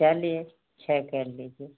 चलिए छः कर लीजिए